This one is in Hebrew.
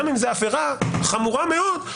אם זה עבירה חמורה מאוד,